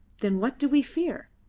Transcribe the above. then what do we fear?